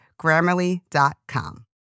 Grammarly.com